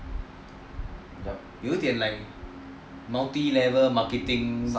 有一点 like multi level marketing